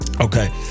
Okay